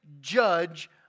judge